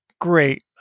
great